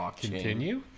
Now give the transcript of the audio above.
continue